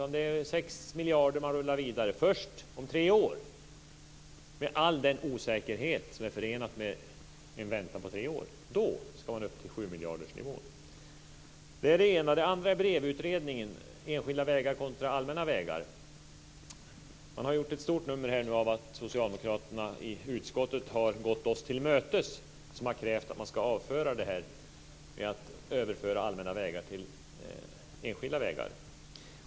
Man rullar vidare med 6 miljarder kronor först om tre år, med all den osäkerhet som är förenad med en sådan väntan. Då ska man upp till sjumiljardersnivån. Jag ska också ta upp BREV-utredningen och enskilda vägar kontra allmänna vägar. Man har gjort ett stort nummer av att socialdemokraterna i utskottet har gått oss till mötes - vi som har krävt att man ska avföra detta med att överföra allmänna vägar till enskilda vägar.